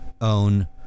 own